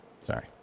Sorry